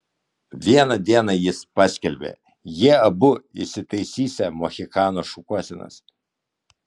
vieną dieną jis paskelbė jie abu įsitaisysią mohikano šukuosenas